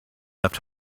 left